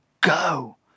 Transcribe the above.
go